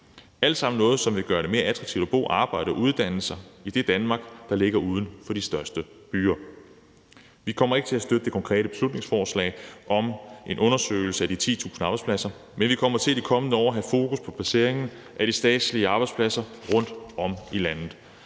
alt sammen noget, som vil gøre det mere attraktivt at bo, arbejde og uddanne sig i det Danmark, der ligger uden for de største byer. Vi kommer ikke til at støtte det konkrete beslutningsforslag om en undersøgelse af de 10.000 arbejdspladser, men vi kommer til i de kommende år at have fokus på placering af de statslige arbejdspladser rundtom i landet